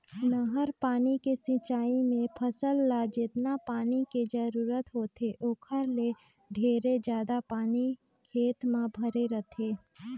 नहर पानी के सिंचई मे फसल ल जेतना पानी के जरूरत होथे ओखर ले ढेरे जादा पानी खेत म भरे रहथे